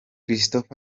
christopher